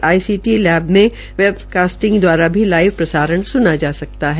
ITC lab में webcasting दवारा live प्रसारण सुना जा सकता है